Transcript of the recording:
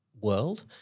world